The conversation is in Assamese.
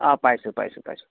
অঁ পাইছোঁ পাইছোঁ